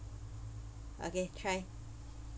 okay try